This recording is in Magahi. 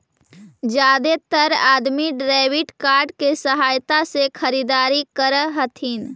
जादेतर अदमी डेबिट कार्ड के सहायता से खरीदारी कर हथिन